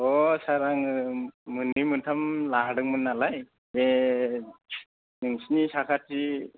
सार आङो मोननै मोनथाम लादोंमोन नालाय बे नोंसोरनि साखाथि